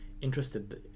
interested